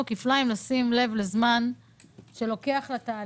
לכן חובתנו לשים לב כפליים לזמן שלוקח התהליך.